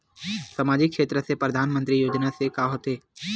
सामजिक क्षेत्र से परधानमंतरी योजना से का होथे?